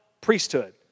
priesthood